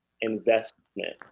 investment